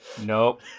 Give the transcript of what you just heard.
Nope